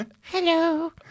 Hello